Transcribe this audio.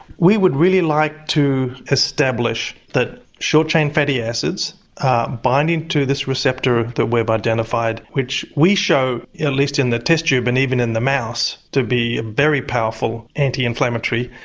we would really like to establish that short chain fatty acids are binding to this receptor that we've indentified which we show at least in the test tube and even in the mouse to be a very powerful anti-inflammatory.